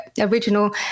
original